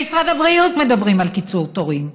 במשרד הבריאות מדברים על קיצור תורים.